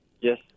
Yes